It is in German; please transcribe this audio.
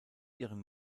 ihren